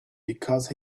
because